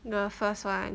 the first [one]